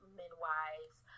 midwives